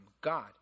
God